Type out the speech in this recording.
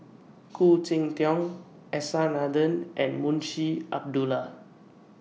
Khoo Cheng Tiong S R Nathan and Munshi Abdullah